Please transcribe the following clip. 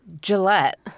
Gillette